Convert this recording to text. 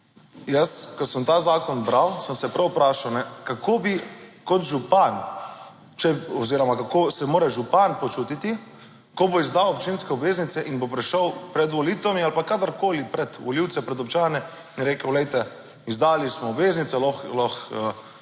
Jaz ko sem ta zakon bral, sem se prav vprašal kako bi kot župan oziroma kako se mora župan počutiti, ko bo izdal občinske obveznice in bo prišel pred volitvami ali pa kadarkoli pred volivce, pred občane in je rekel, glejte, izdali smo obveznice, lahko